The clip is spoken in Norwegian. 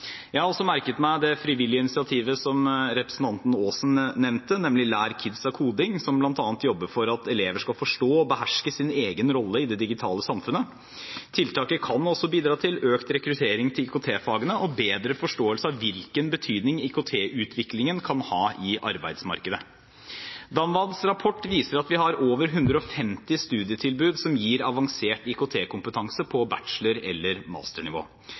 Jeg har også merket meg det frivillige initiativet som representanten Aasen nevnte, nemlig Lær Kidsa Koding, som bl.a. jobber for at elever skal forstå og beherske sin egen rolle i det digitale samfunnet. Tiltaket kan bidra til økt rekruttering til IKT-fagene og bedre forståelse av hvilken betydning IKT-utviklingen kan ha i arbeidsmarkedet. DAMVADs rapport viser at vi har over 150 studietilbud som gir avansert IKT-kompetanse på bachelor- eller masternivå.